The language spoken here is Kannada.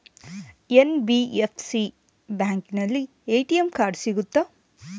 ಎನ್.ಬಿ.ಎಫ್.ಸಿ ಬ್ಯಾಂಕಿನಲ್ಲಿ ಎ.ಟಿ.ಎಂ ಕಾರ್ಡ್ ಸಿಗುತ್ತಾ?